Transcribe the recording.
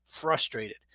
frustrated